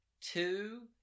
Two